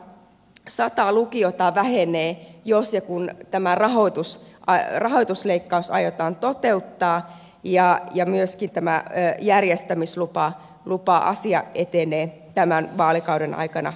oajn mukaan sata lukiota vähenee jos ja kun tämä rahoitusleikkaus aiotaan toteuttaa ja myöskin tämä järjestämislupa asia etenee tämän vaalikauden aikana maaliin